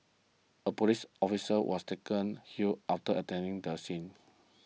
a police officer was taken hill after attending the scene